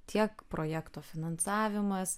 tiek projekto finansavimas